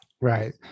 Right